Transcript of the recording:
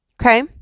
Okay